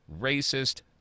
racist